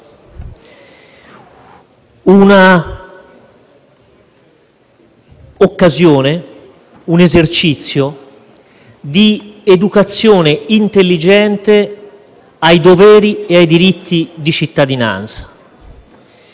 un esercizio di educazione intelligente ai doveri e ai diritti di cittadinanza: